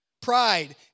Pride